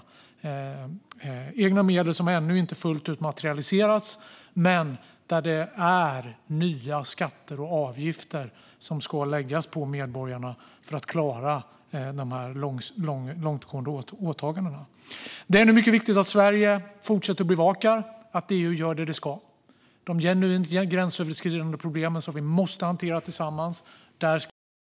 Det är egna medel som ännu inte fullt ut materialiserats, men det är nya skatter och avgifter som ska läggas på medborgarna för att klara de långtgående åtagandena. Det är nu mycket viktigt att Sverige fortsätter att bevaka att EU gör vad det ska. EU ska lägga större fokus på de genuint gränsöverskridande problem som vi måste hantera tillsammans. Men vi ska göra det på ett sätt som är sparsamt, ansvarsfullt och värnar EU-tanken fullt ut, fru talman.